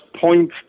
point